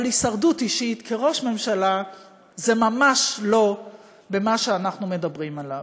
אבל הישרדות אישית כראש ממשלה זה ממש לא מה שאנחנו מדברים עליו.